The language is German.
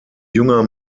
junger